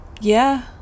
Yeah